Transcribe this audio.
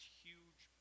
huge